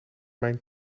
mijn